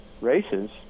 races